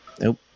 nope